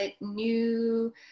new